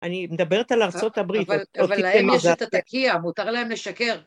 אני מדברת על ארה״ב. אבל להם יש את התקיעה, מותר להם לשקר.